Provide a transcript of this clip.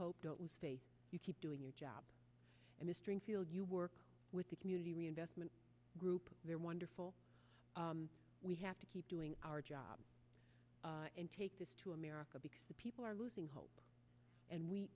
hope don't stay you keep doing your job and the stringfield you work with the community reinvestment group they're wonderful we have to keep doing our job and take this to america because the people are losing hope and we